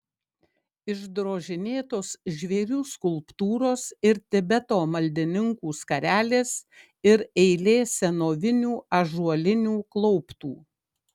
išdrožinėtos žvėrių skulptūros ir tibeto maldininkų skarelės ir eilė senovinių ąžuolinių klauptų